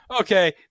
Okay